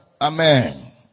amen